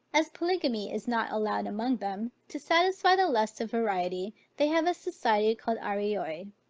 as polygamy is not allowed among them, to satisfy the lust of variety, they have a society called arreoy,